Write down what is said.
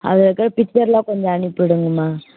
அதில் இருக்கிற பிச்சர்லாம் கொஞ்சம் அனுப்பி விடுங்கம்மா